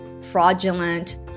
fraudulent